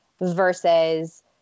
versus